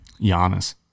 Giannis